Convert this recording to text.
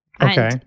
Okay